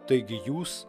taigi jūs